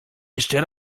jeszcze